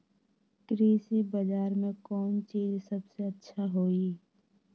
कृषि बजार में कौन चीज सबसे अच्छा होई?